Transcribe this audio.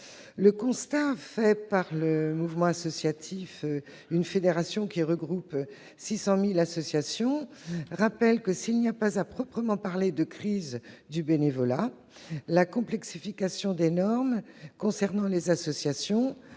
Le constat dressé par Le Mouvement associatif, fédération de 600 000 associations, révèle que, s'il n'y a pas à proprement parler de crise du bénévolat, la complexification des normes concernant les associations,